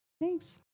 Thanks